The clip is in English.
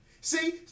See